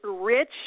rich